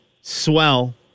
swell